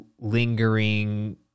lingering